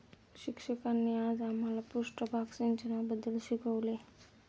शिक्षकांनी आज आम्हाला पृष्ठभाग सिंचनाबद्दल शिकवले